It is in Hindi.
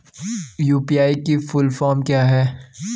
यु.पी.आई की फुल फॉर्म क्या है?